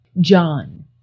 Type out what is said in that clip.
John